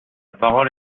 parole